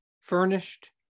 furnished